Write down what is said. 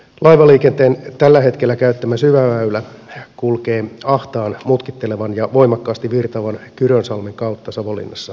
laivaliikenteen tällä hetkellä käyttämä syväväylä kulkee ahtaan mutkittelevan ja voimakkaasti virtaavan kyrönsalmen kautta savonlinnassa